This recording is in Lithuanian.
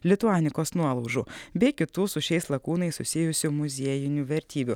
lituanikos nuolaužų bei kitų su šiais lakūnais susijusių muziejinių vertybių